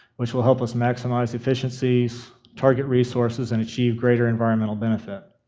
which will help us maximize efficiencies, target resources, and achieve greater environmental benefit.